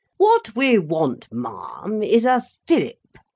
what we want, ma'am, is a fillip.